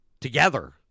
together